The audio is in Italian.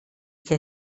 che